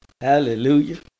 Hallelujah